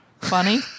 funny